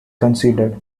considered